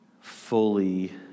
fully